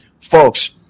folks